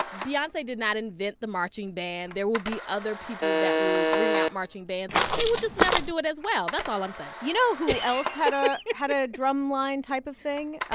beyonce did not invent the marching band. there will be other people that will bring out marching bands. they will just never do it as well. that's all i'm saying you know who else had ah had a drumline type of thing?